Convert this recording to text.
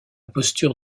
posture